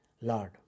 Lord